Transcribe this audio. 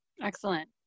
Excellent